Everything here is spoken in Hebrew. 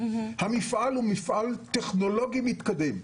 הוא מפעל טכנולוגי מתקדם.